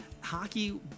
hockey